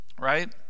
Right